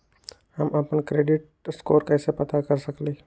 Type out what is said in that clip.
हम अपन credit score कैसे पता कर सकेली?